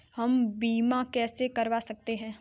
हम बीमा कैसे करवा सकते हैं?